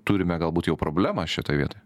turime galbūt jau problemą šitoj vietoj